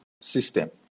system